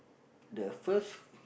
the first